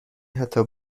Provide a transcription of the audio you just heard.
حتا